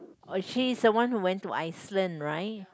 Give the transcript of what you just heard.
oh she is the one who went to Iceland right